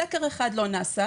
סקר אחד לא נעשה,